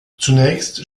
zunächst